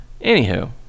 Anywho